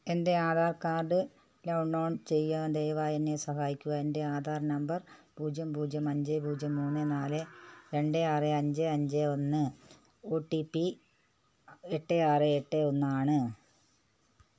എൻറ്റെ Aadhaar card download ചെയ്യാൻ ദയവായി എന്നെ സഹായിക്കുക എൻറ്റെ ആധാർ നമ്പർ പൂജ്യം പൂജ്യം അഞ്ച് പൂജ്യം മൂന്ന് നാല് രണ്ട് ആറ് അഞ്ച് അഞ്ചേ് ഒന്ന് ഓ ടി പ്പി എട്ട് ആറ് എട്ട് ഒന്ന് ആണ്